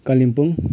Kalimpong